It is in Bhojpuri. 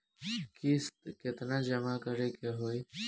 किस्त केतना जमा करे के होई?